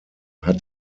hat